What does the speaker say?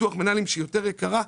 ביטוח מנהלים שהיא יותר יקרה,